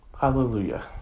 hallelujah